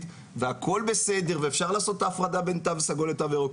והכול בסדר ואפשר לעשות את ההפרדה בין תו סגול לתו ירוק,